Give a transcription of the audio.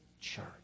church